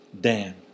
Dan